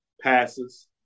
passes